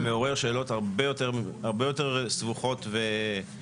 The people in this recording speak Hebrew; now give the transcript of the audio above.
זה מעורר שאלות הרבה יותר סבוכות ומשמעותיות.